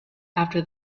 after